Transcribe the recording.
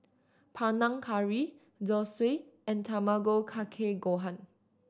Panang Curry Zosui and Tamago Kake Gohan